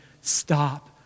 stop